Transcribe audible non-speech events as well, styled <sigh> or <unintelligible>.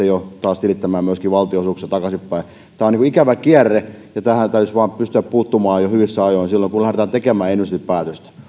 <unintelligible> jo joutua tilittämään valtionosuuksia myöskin takaisinpäin tämä on ikävä kierre ja tähän täytyisi vaan pystyä puuttumaan jo hyvissä ajoin silloin kun lähdetään tekemään investointipäätöstä